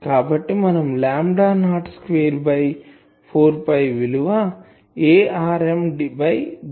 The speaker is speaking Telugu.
కాబట్టి మనంలాంబ్డా నాట్ స్క్వేర్ బై 4 PI విలువ Arm by Dr